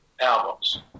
albums